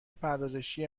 پردازشی